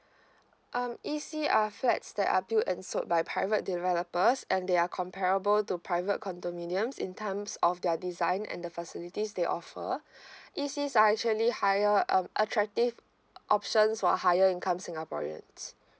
um E_C are flats that are build and sold by private developers and they are comparable to private condominiums in terms of their design and the facilities they offer E_C are actually higher um attractive options for higher income singaporeans